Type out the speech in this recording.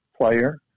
Player